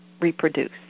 reproduce